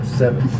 seven